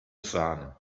sahne